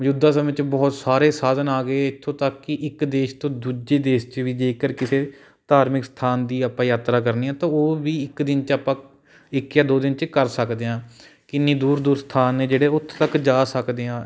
ਮੌਜੂਦਾ ਸਮੇਂ 'ਚ ਬਹੁਤ ਸਾਰੇ ਸਾਧਨ ਆ ਗਏ ਇੱਥੋਂ ਤੱਕ ਕਿ ਇੱਕ ਦੇਸ਼ ਤੋਂ ਦੂਜੇ ਦੇਸ਼ 'ਚ ਵੀ ਜੇਕਰ ਕਿਸੇ ਧਾਰਮਿਕ ਸਥਾਨ ਦੀ ਆਪਾਂ ਯਾਤਰਾ ਕਰਨੀ ਤਾਂ ਉਹ ਵੀ ਇੱਕ ਦਿਨ 'ਚ ਆਪਾਂ ਇੱਕ ਜਾਂ ਦੋ ਦਿਨ 'ਚ ਕਰ ਸਕਦੇ ਹਾਂ ਕਿੰਨੀ ਦੂਰ ਦੂਰ ਸਥਾਨ ਨੇ ਜਿਹੜੇ ਉੱਥੇ ਤੱਕ ਜਾ ਸਕਦੇ ਹਾਂ